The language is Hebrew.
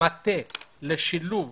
המטה לשילוב